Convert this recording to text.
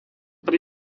pri